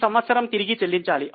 ఈ సంవత్సరం తిరిగి చెల్లించాలి